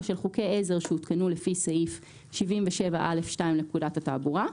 או של חוקי עזר שהותקנו לפי סעיף 77(א)(2) לפקודת התעבורה.